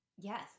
Yes